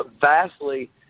vastly